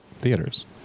theaters